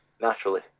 Naturally